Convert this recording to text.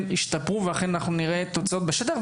ישתפרו ואכן אנחנו נראה תוצאות בשטח.